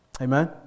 Amen